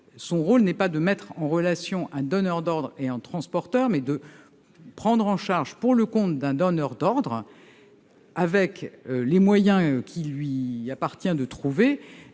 est non pas de mettre en relation un donneur d'ordres et un transporteur, mais de trouver, pour le compte d'un donneur d'ordre, avec des moyens qu'il lui appartient de trouver,